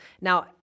Now